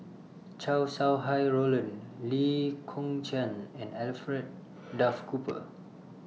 Chow Sau Hai Roland Lee Kong Chian and Alfred Duff Cooper